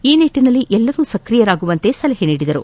ಈ ನಿಟ್ಟನಲ್ಲಿ ಎಲ್ಲರೂ ಸಕ್ರಿಯರಾಗುವಂತೆ ಸಲಹೆ ನೀಡಿದರು